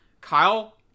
Kyle